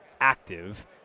active